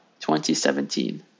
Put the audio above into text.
2017